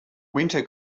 winter